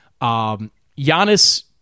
Giannis